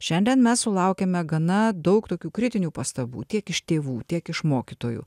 šiandien mes sulaukiame gana daug tokių kritinių pastabų tiek iš tėvų tiek iš mokytojų